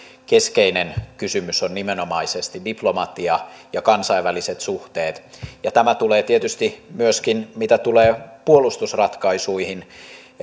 keskeinen kysymys on nimenomaisesti diplomatia ja kansainväliset suhteet tietysti myöskin mitä tulee puolustusratkaisuihin